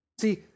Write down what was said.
See